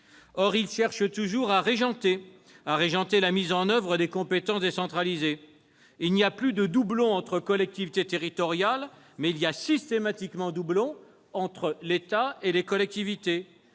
Or il cherche toujours à régenter la mise en oeuvre des compétences décentralisées. Il n'y a plus de doublons entre les collectivités territoriales, mais il y a systématiquement doublon entre l'État et les collectivités.